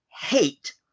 hate